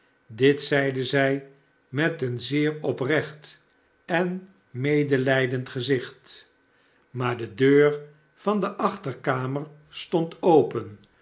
dit zeide zij met een zeer oprecht en medelijdend gezicht maar de deur van de achterkamer